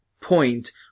point